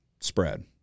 spread